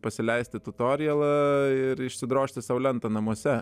pasileisti tutorijelą ir išsidrožti sau lentą namuose